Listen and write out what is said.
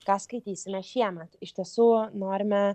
ką skaitysime šiemet iš tiesų norime